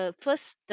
first